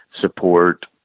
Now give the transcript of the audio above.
support